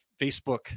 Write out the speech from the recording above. Facebook